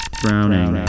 drowning